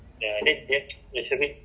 or if they more than five